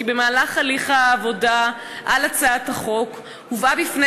כי במהלך העבודה על הצעת החוק הובאה בפני